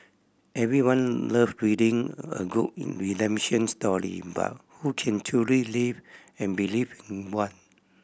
everyone love reading a good redemption story but who can truly live and believe in one